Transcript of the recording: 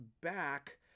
back